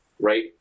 right